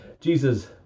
Jesus